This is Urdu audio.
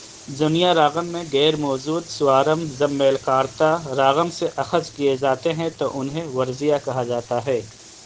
جنیا راغم میں گیر موزود سوارم زب میلکارتا راغم سے اخذ کیے زاتے ہیں تو انہیں ورجیہ کہا جاتا ہے